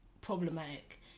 problematic